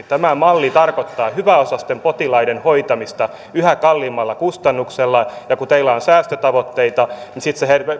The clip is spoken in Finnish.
tämä malli tarkoittaa hyväosaisten potilaiden hoitamista yhä kalliimmalla kustannuksella ja kun teillä on säästötavoitteita niin sitten se